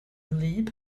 wlyb